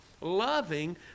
loving